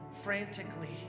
frantically